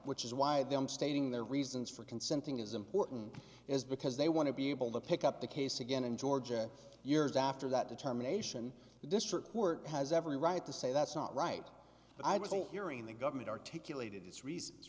which is why them stating their reasons for consenting is important is because they want to be able to pick up the case again in georgia years after that determination the district court has every right to say that's not right but i wasn't hearing the government articulated its reasons